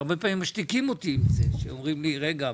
והרבה פעמים משתיקים אותי עם זה שאומרים לי רגע,